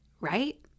right